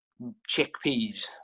chickpeas